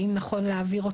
האם נכון להעביר אותו,